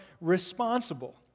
responsible